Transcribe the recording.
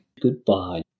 Goodbye